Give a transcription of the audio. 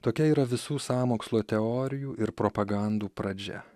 tokia yra visų sąmokslo teorijų ir propagandų pradžia